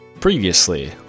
Previously